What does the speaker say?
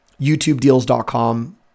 YouTubeDeals.com